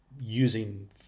using